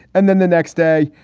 and then the next day,